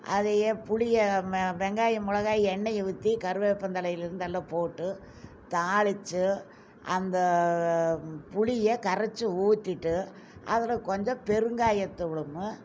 அதை புளியை மெ வெங்காயம் மிளகாய் எண்ணெயை ஊற்றி கருவேப்பந்தழையில் இருந்து எல்லாம் போட்டு தாளிச்சு அந்த புளியை கரைச்சு ஊற்றிட்டு அதில் கொஞ்சம் பெருங்காயத்தூளும்